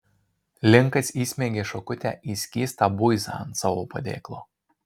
linkas įsmeigė šakutę į skystą buizą ant savo padėklo